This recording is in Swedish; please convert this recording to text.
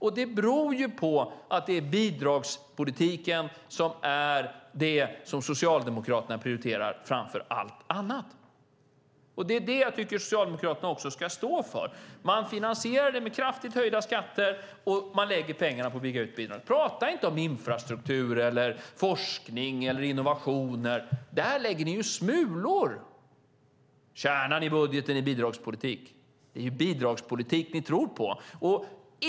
Och det beror på att det är bidragspolitiken som är det som Socialdemokraterna prioriterar framför allt annat. Det är detta jag tycker att Socialdemokraterna också ska stå för. Man finansierar det hela med kraftigt höjda skatter, och man lägger pengarna på att bygga ut bidragen. Tala inte om infrastruktur, forskning eller innovationer! Där lägger ni ju smulor. Kärnan i budgeten är bidragspolitik. Det är bidragspolitik ni tror på.